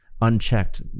unchecked